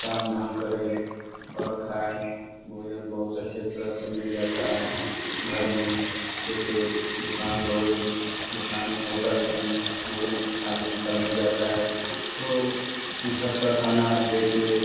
काम धाम करें और खाएँ भजन बहुत अच्छी तरह से मिल जाता है घर में जैसे दुकान हुई दुकान में होटल में भोजन आदमी करने जाता है तो घर का खाना जैसे